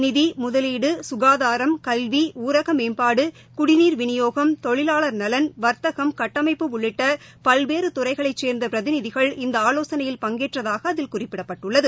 நிதி முதலீடு சுகாதாரம் கல்வி ஊரகமேம்பாடு குடிநீர் விநியோகம் தொழிலாளர் நலன் வர்த்தகம் கட்டமைப்பு உள்ளிட்டபல்வேறுதறைகளைச் சேர்ந்தபிரதிநிதிகள் இந்தஆலோசனையில் பங்கேற்றதாகஅதில் குறிப்பிடப்பட்டுள்ளது